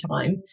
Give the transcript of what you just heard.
time